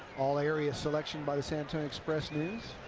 all area selection by the san antonio express-news.